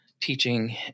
teaching